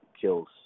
kills